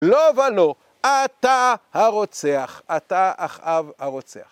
לא ולא, אתה הרוצח, אתה אחאב הרוצח.